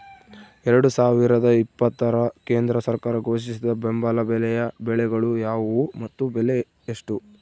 ಎರಡು ಸಾವಿರದ ಇಪ್ಪತ್ತರ ಕೇಂದ್ರ ಸರ್ಕಾರ ಘೋಷಿಸಿದ ಬೆಂಬಲ ಬೆಲೆಯ ಬೆಳೆಗಳು ಯಾವುವು ಮತ್ತು ಬೆಲೆ ಎಷ್ಟು?